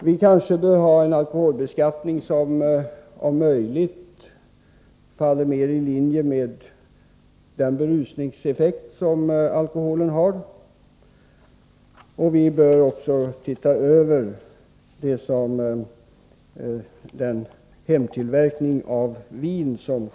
Vi borde måhända ha en alkoholbeskattning som om möjligt i högre grad än hittills ligger så att säga i linje med alkoholens berusningseffekt. Dessutom bör vi se över hemtillverkningen av vin.